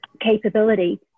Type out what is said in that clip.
capability